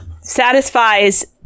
satisfies